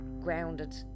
grounded